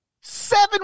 Seven